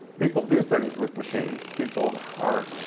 people do things with machines. people are